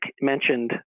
mentioned